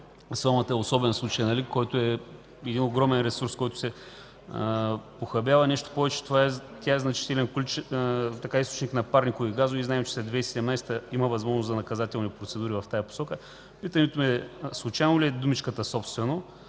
Сламата е особен случай, което е един огромен ресурс, който се похабява. Нещо повече, тя е източник на парникови газове и знаем, че след 2017 г. има възможност за наказателни процедури в тази посока. Питането ми е: случайно ли е думата „собствено”